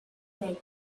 make